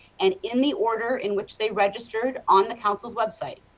and in the order in which they registered on the council's website.